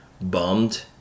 bummed